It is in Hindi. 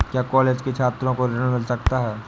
क्या कॉलेज के छात्रो को ऋण मिल सकता है?